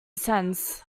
cents